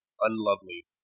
unlovely